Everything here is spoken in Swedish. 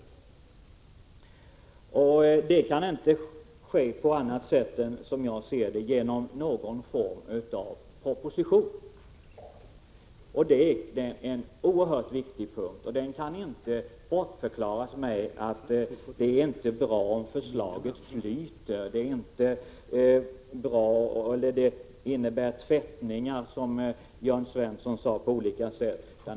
Som jag ser det, kan det inte ske på annat sätt än genom någon form av proposition. Det är en oerhört viktig punkt, och den kan inte bortförklaras med att det inte är bra om förslaget ”flyter” och att det blir ”tvättningar”, som Jörn Svensson sade.